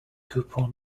coupon